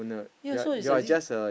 yea so is like this